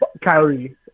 Kyrie